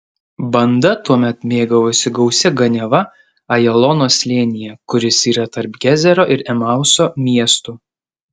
banda tuomet mėgavosi gausia ganiava ajalono slėnyje kuris yra tarp gezero ir emauso miestų